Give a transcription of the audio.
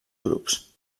grups